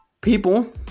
People